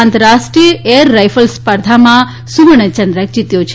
આંતરરાષ્ટ્રીય air rifle સ્પર્ધામાં સૂવર્ણચંદ્રક જીત્યો છે